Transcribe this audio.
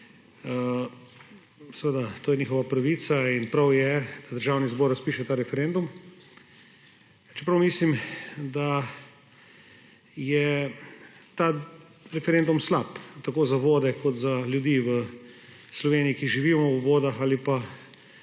Seveda, to je njihova pravica in prav je, da Državni zbor razpiše ta referendum, čeprav mislim, da je ta referendum slab tako za vode kot za ljudi v Sloveniji, ki živimo ob vodah ali pa